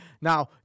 Now